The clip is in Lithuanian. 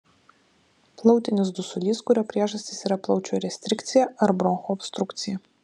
plautinis dusulys kurio priežastys yra plaučių restrikcija ar bronchų obstrukcija